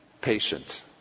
patient